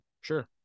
Sure